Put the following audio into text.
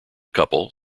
couple